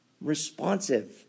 responsive